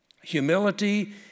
Humility